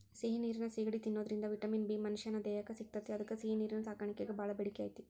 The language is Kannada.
ಸಿಹಿ ನೇರಿನ ಸಿಗಡಿ ತಿನ್ನೋದ್ರಿಂದ ವಿಟಮಿನ್ ಬಿ ಮನಶ್ಯಾನ ದೇಹಕ್ಕ ಸಿಗ್ತೇತಿ ಅದ್ಕ ಸಿಹಿನೇರಿನ ಸಾಕಾಣಿಕೆಗ ಬಾಳ ಬೇಡಿಕೆ ಐತಿ